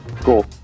Cool